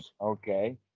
okay